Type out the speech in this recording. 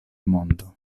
mondo